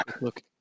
Look